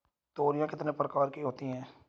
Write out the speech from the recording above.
तोरियां कितने प्रकार की होती हैं?